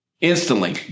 instantly